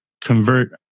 convert